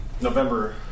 November